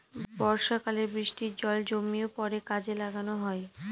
বর্ষাকালে বৃষ্টির জল জমিয়ে পরে কাজে লাগানো হয়